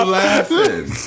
laughing